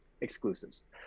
exclusives